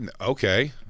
okay